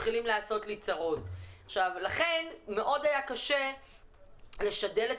מתחילים לעשות לי צרות' לכן מאוד היה קשה לשדל את